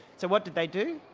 so what did they do,